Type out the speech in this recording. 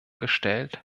gestellt